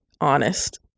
honest